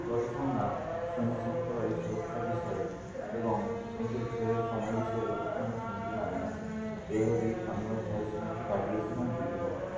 যতোক্ষণ না সুনিশ্চিত হতে পারি সুরক্ষার বিষয়ে এবং সমুদ্রের ঢেউয়ের সময়ের বিষয়ে ততক্ষণ নামি না এইভাবেই আমি আমার ভয়ের সময়টি কাটিয়ে এসেছিলাম দীঘার মধ্যে